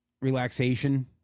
relaxation